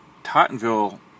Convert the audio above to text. Tottenville